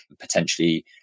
potentially